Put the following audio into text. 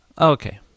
okay